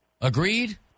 Agreed